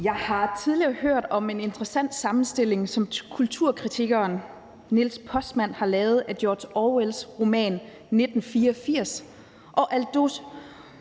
Jeg har tidligere hørt om en interessant sammenstilling, som kulturkritikeren Neil Postman har lavet af George Orwells roman »1984«